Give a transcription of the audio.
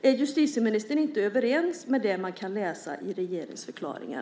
Är justitieministern inte överens med det man kan läsa i regeringsförklaringen?